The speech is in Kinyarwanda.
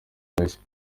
bashya